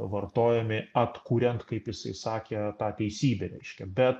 vartojami atkuriant kaip jisai sakė tą teisybę reiškia bet